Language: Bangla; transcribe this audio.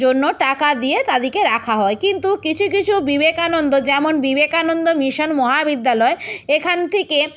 জন্য টাকা দিয়ে তাদেরকে রাখা হয় কিন্তু কিছু কিছু বিবেকানন্দ যেমন বিবেকানন্দ মিশন মহাবিদ্যালয় এখান থেকে